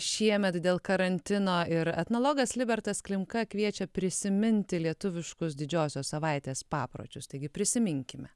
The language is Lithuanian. šiemet dėl karantino ir etnologas libertas klimka kviečia prisiminti lietuviškus didžiosios savaitės papročius taigi prisiminkime